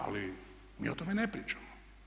Ali mi o tome ne pričamo.